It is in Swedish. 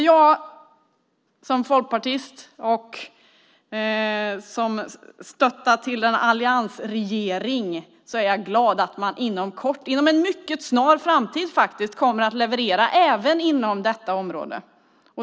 Jag som folkpartist som stöder alliansregeringen är glad att man inom en mycket snar framtid kommer att leverera även inom detta område.